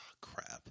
crap